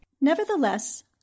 Nevertheless